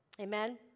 Amen